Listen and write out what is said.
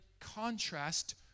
contrast